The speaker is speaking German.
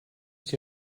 hier